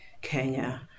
Kenya